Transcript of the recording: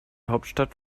hauptstadt